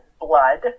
blood